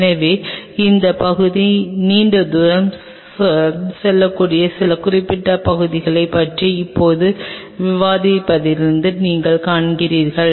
எனவே இந்த பகுதி நீண்ட தூரம் செல்லக்கூடிய சில குறிப்பிட்ட பகுதிகளைப் பற்றி இப்போது விவாதித்திருப்பதை நீங்கள் காண்கிறீர்கள்